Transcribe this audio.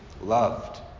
loved